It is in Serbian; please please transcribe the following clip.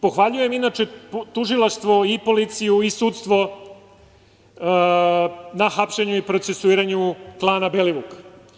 Pohvaljujem, inače, tužilaštvo, policiju i sudstvo na hapšenju i procesuiranju klana Belivuk.